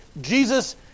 Jesus